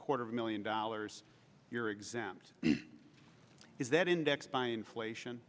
quarter of a million dollars you're exempt is that indexed by inflation